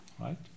right